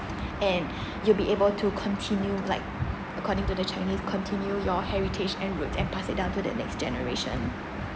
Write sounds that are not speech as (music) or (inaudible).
and (breath) you'll be able to continue like according to the chinese continue your heritage and roots and pass it down to the next generation